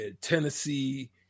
Tennessee